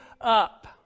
up